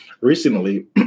Recently